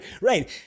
Right